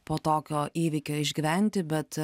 po tokio įvykio išgyventi bet